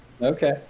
okay